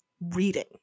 reading